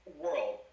world